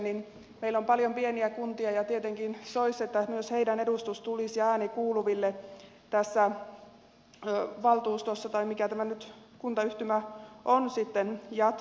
meillä on paljon pieniä kuntia ja tietenkin soisi että myös niiden edustus ja ääni tulisi kuuluville tässä valtuustossa tai mikä tämä kuntayhtymä nyt sitten jatkossa on